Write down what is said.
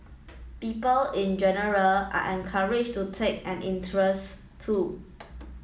people in general are encouraged to take an interest too